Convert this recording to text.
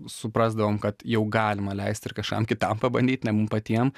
suprasdavom kad jau galima leisti ir kažkam kitam pabandyt ne mum patiem